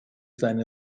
seine